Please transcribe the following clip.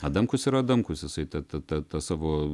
adamkus yra adamkus jisai ta ta ta ta savo